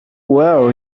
well